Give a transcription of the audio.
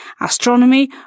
astronomy